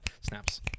snaps